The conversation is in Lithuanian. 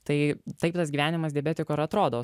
tai taip tas gyvenimas diabetiko ir atrodo